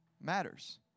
matters